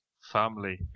family